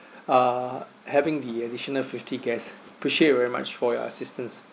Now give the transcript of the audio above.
uh having the additional fifty guests appreciate very much for your assistance